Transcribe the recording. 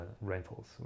rentals